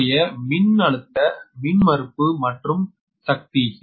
தற்போதைய மின்னழுத்த மின்மறுப்பு மற்றும் சக்தி